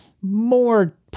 more